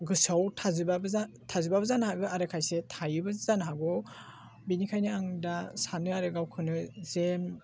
गोसोआव थाजोबाबो जा थाजोबाबो जानो हागौ आरो खायसे थायोबो जानो हागौ बेनिखायनो आं दा सानो आरो गावखौनो जेन